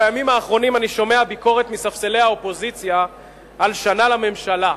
בימים האחרונים אני שומע ביקורת מספסלי האופוזיציה על שנה לממשלה.